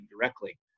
directly